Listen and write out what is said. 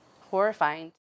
horrifying